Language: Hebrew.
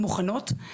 מוכנות.